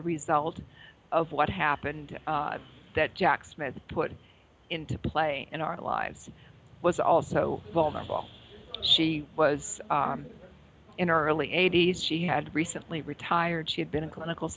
a result of what happened that jack smith put into play in our lives was also vulnerable she was in her early eighty's she had recently retired she had been a clinical